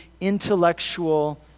intellectual